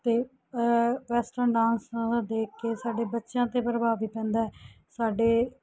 ਅਤੇ western dance ਨਾਲ ਦੇਖ ਕੇ ਸਾਡੇ ਬੱਚਿਆਂ 'ਤੇ ਪ੍ਰਭਾਵ ਵੀ ਪੈਂਦਾ ਹੈ ਸਾਡੇ